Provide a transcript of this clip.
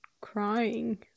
crying